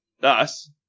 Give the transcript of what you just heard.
Thus